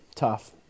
tough